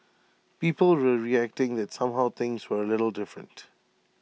people were reacting that somehow things were A little different